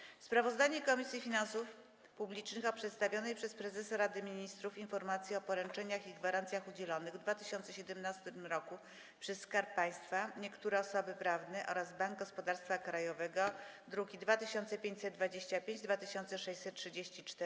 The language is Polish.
16. Sprawozdanie Komisji Finansów Publicznych o przedstawionej przez prezesa Rady Ministrów „Informacji o poręczeniach i gwarancjach udzielonych w 2017 roku przez Skarb Państwa, niektóre osoby prawne oraz Bank Gospodarstwa Krajowego” (druki nr 2525 i 2634)